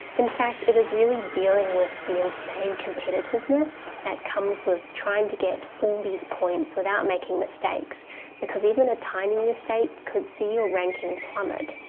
in fact it is really dealing with the insane competitiveness that comes with trying to get all these points without making mistakes because even a tiny mistake could see your ranking plummet.